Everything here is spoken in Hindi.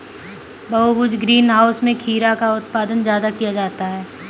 बहुभुज ग्रीन हाउस में खीरा का उत्पादन ज्यादा किया जाता है